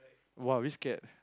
!wow! which cat